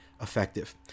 effective